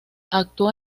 actuó